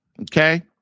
okay